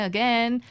Again